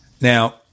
Now